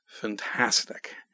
fantastic